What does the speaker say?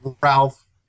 Ralph